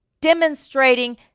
Demonstrating